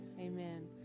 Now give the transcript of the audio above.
Amen